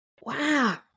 Wow